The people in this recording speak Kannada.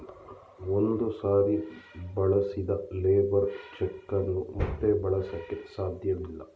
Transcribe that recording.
ಒಂದು ಸಾರಿ ಬಳಸಿದ ಲೇಬರ್ ಚೆಕ್ ಅನ್ನು ಮತ್ತೆ ಬಳಸಕೆ ಸಾಧ್ಯವಿಲ್ಲ